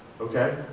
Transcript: okay